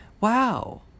wow